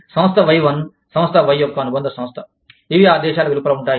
సంస్థ Y1 సంస్థ Y యొక్క అనుబంధ సంస్థ ఇవి ఆ దేశాల వెలుపల వుంటాయి